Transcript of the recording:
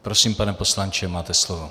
Prosím, pane poslanče, máte slovo.